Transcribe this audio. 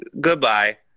Goodbye